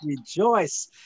rejoice